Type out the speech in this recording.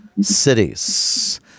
cities